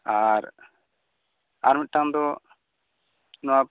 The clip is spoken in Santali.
ᱟᱨ ᱟᱨ ᱢᱤᱫ ᱴᱟᱝ ᱫᱚ ᱱᱚᱶᱟ